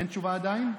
אין תשובה עדיין?